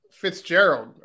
Fitzgerald